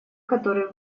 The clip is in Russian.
который